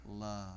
love